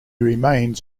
remains